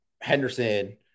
Henderson